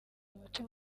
mutima